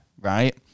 right